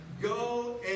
Go